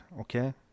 okay